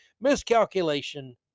miscalculation